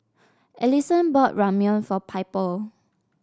Alyson bought Ramyeon for Piper